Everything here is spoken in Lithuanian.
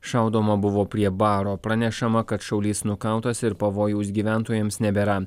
šaudoma buvo prie baro pranešama kad šaulys nukautas ir pavojaus gyventojams nebėra